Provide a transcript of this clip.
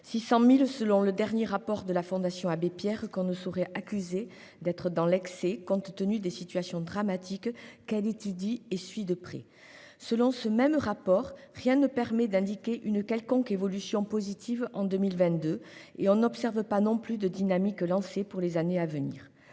600 000, selon le dernier rapport de la Fondation Abbé Pierre, qui ne saurait être accusée d'excès, compte tenu des situations dramatiques qu'elle étudie et suit de près. Selon ce même rapport, rien ne permet d'indiquer une quelconque évolution positive en 2022, et aucune dynamique n'a été lancée pour les années à venir.